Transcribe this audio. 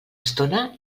estona